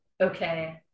okay